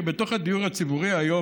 בתוך הדיור הציבורי היום,